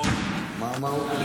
לא הבנתי.